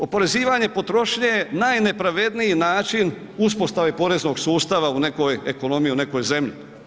Oporezivanje potrošnje je najnepravedniji način uspostave poreznog sustava u nekoj ekonomiji u nekoj zemlji.